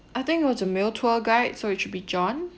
I think it was a male tour guide so it should be john